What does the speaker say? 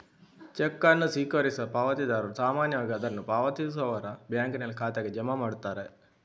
check ಅನ್ನು ಸ್ವೀಕರಿಸುವ ಪಾವತಿದಾರರು ಸಾಮಾನ್ಯವಾಗಿ ಅದನ್ನು ಪಾವತಿಸುವವರ ಬ್ಯಾಂಕಿನಲ್ಲಿ ಖಾತೆಗೆ ಜಮಾ ಮಾಡುತ್ತಾರೆ